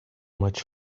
much